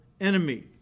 enemy